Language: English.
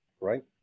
right